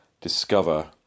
discover